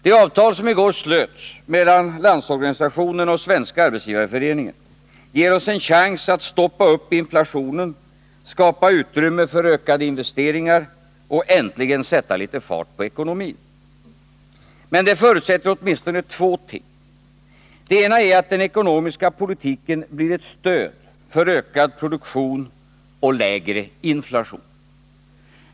Det avtal som i går slöts mellan Landsorganisationen och Svenska arbetsgivareföreningen ger oss en chans att stoppa upp inflationen, skapa utrymme för ökade investeringar och äntligen sätta litet fart på ekonomin. Men det förutsätter åtminstone två ting. Det ena är att den ekonomiska politiken blir ett stöd för ökad produktion och lägre inflation.